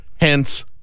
hence